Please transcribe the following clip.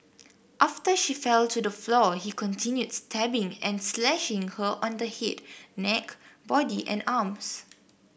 after she fell to the floor he continued stabbing and slashing her on the head neck body and arms